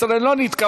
13 לא נתקבלה.